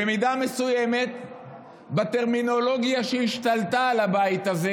במידה מסוימת בטרמינולוגיה שהשתלטה על הבית הזה,